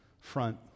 front